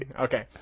Okay